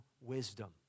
wisdom